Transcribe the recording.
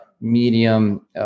medium